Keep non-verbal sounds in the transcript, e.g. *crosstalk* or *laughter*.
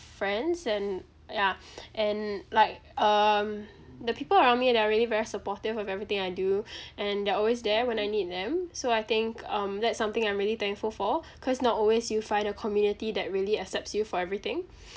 friends and ya *noise* and like um the people around me they are really very supportive of everything I do and they're always there when I need them so I think um that's something I'm really thankful for cause not always you find a community that really accepts you for everything